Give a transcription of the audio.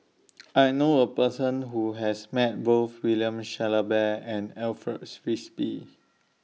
I know A Person Who has Met Both William Shellabear and Alfred Frisby